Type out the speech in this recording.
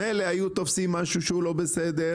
מילא היו תופסים משהו שהוא לא בסדר,